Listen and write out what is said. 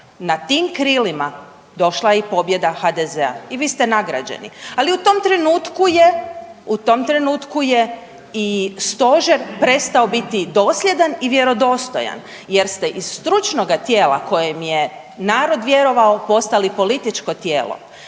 Na tim krilima došla je i pobjeda HDZ-a i vi ste nagrađeni, ali u tom trenutku je, u tom trenutku je i Stožer prestao biti dosljedan i vjerodostojan jer ste iz stručnoga tijela kojem je narod vjerovao postali političko tijelo